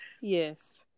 Yes